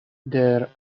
their